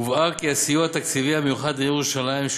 הובהר כי הסיוע התקציבי המיוחד לירושלים,